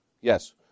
Yes